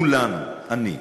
כולנו, אני,